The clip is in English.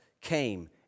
came